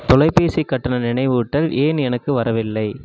தொலைபேசி கட்டண நினைவூட்டல் ஏன் எனக்கு வரவில்லை